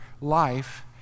life